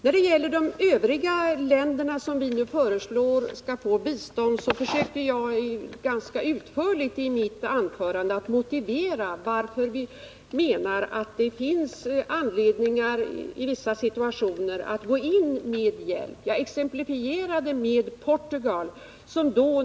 När det gäller de övriga länder som vi föreslår skall få bistånd försökte jag i mitt anförande ganska utförligt motivera varför vi menar att det i vissa situationer finns anledning att gå in med hjälp. Jag exemplifierade med Portugal.